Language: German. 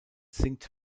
sinkt